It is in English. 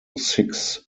six